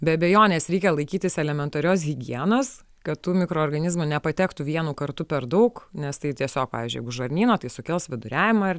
be abejonės reikia laikytis elementarios higienos kad tų mikroorganizmų nepatektų vienu kartu per daug nes tai tiesiog pavyzdžiui jeigu žarnyno tai sukels viduriavimą ar